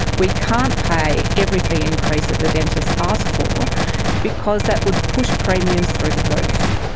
we can't pay every fee increase that the dentists ask for because that would push premiums through the roof.